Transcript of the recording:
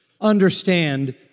understand